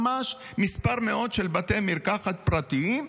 זה ממש מספר מאוד קטן של בתי מרקחת פרטיים,